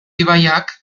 ibaiak